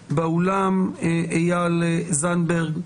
באולם: איל זנדברג,